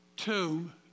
tomb